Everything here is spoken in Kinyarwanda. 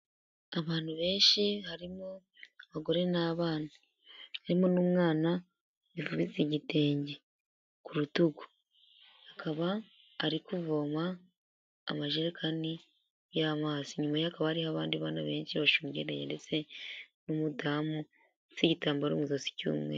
Abantu benshi, harimo abagore n'abana, harimo n'umwana wifubitse igitenge ku rutugu, akaba ari kuvoma amajerekani y'amazi, inyuma ye hakaba hari abandi bana benshi bashungereye, ndetse n'umudamu ufite igitambaro mu ijosi cy'umweru.